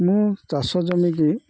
ମୁଁ ଚାଷ ଜମିକୁ